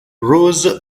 rose